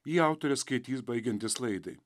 jį autorė skaitys baigiantis laidai